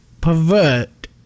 pervert